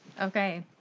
Okay